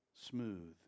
smooth